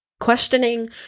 questioning